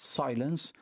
silence